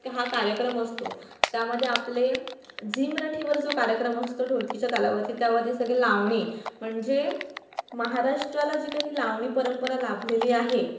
की हा कार्यक्रम असतो त्यामध्ये आपले झी मराठीवर जो कार्यक्रम असतो ढोलकीच्या तालावरती त्यावरती सगळे लावणी म्हणजे महाराष्ट्राला जी काही लावणी परंपरा लाभलेली आहे